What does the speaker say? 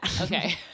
Okay